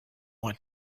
want